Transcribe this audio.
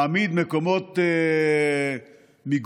מעמיד מקומות מיגון,